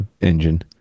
engine